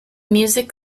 music